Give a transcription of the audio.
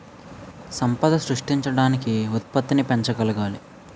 సంపద సృష్టించడానికి ఉత్పత్తిని పెంచగలగాలి